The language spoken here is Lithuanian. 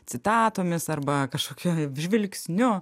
citatomis arba kažkokiu žvilgsniu